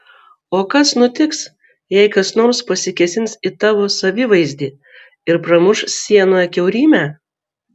o kas nutiks jei kas nors pasikėsins į tavo savivaizdį ir pramuš sienoje kiaurymę